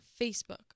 Facebook